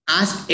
ask